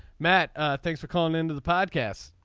matt thanks for calling in to the podcast.